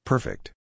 Perfect